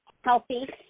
healthy